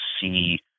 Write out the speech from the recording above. see